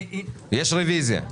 יש רביזיה.